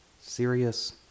serious